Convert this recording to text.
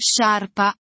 sciarpa